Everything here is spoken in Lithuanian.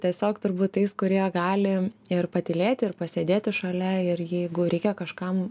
tiesiog turbūt tais kurie gali ir patylėti ir pasėdėti šalia ir jeigu reikia kažkam